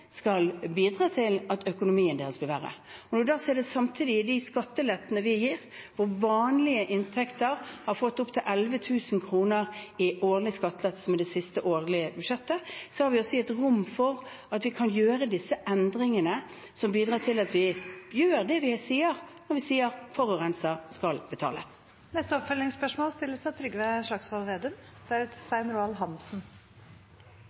skal bidra til at økonomien deres blir verre. Når man da ser det samtidig i de skattelettene vi gir, hvor vanlige inntekter har fått opptil 11 000 kr i årlig skattelettelse med det siste budsjettet, har vi også gitt rom for at vi kan gjøre disse endringene som bidrar til at vi gjør det vi sier når vi sier at forurenser skal betale. Trygve Slagsvold Vedum – til oppfølgingsspørsmål.